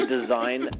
design